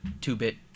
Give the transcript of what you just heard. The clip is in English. two-bit